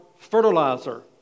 fertilizer